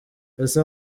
ese